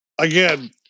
again